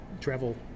travel